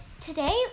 today